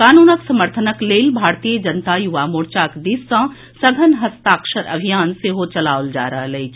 कानूनक समर्थनक लेल भारतीय जनता युवा मोर्चाक दिस सँ सघन हस्ताक्षर अभियान सेहो चलाओल जा रहल अछि